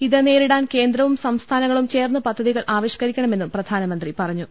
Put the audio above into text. ഇത് നേരിടാൻ കേന്ദ്രവും സംസ്ഥാനങ്ങളും ചേർന്ന് പദ്ധതികൾ ആവിഷ്കരിക്കണമെന്നും പ്രധാനമന്ത്രി പറഞ്ഞു